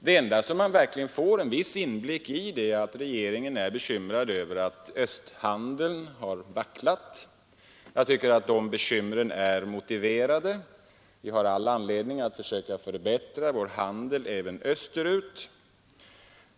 Det enda som vi får en viss inblick i är att regeringen är bekymrad över att östhandeln har vacklat. De bekymren är motiverade; vi har all anledning att försöka förbättra vår handel även österut.